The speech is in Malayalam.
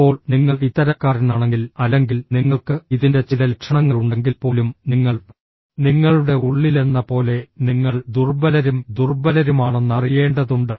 ഇപ്പോൾ നിങ്ങൾ ഇത്തരക്കാരനാണെങ്കിൽ അല്ലെങ്കിൽ നിങ്ങൾക്ക് ഇതിന്റെ ചില ലക്ഷണങ്ങളുണ്ടെങ്കിൽപ്പോലും നിങ്ങൾ നിങ്ങളുടെ ഉള്ളിലെന്നപോലെ നിങ്ങൾ ദുർബലരും ദുർബലരുമാണെന്ന് അറിയേണ്ടതുണ്ട്